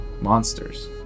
monsters